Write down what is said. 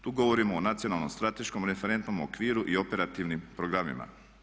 Tu govorimo o nacionalnom strateškom referentnom okviru i operativnim programima.